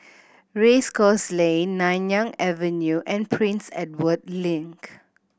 Race Course Lane Nanyang Avenue and Prince Edward Link